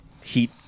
heat